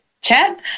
chat